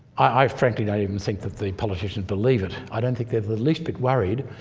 i frankly don't even think that the politicians believe it. i don't think they're the least bit worried.